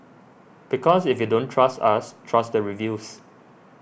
because if you don't trust us trust the reviews